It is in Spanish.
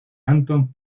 anton